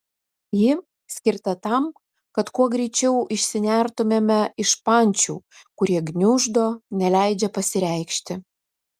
ji skirta tam kad kuo greičiau išsinertumėme iš pančių kurie gniuždo neleidžia pasireikšti